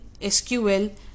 SQL